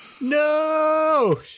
No